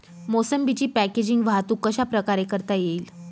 मोसंबीची पॅकेजिंग वाहतूक कशाप्रकारे करता येईल?